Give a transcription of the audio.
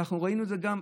ואנחנו ראינו זה גם.